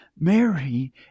Mary